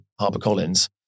HarperCollins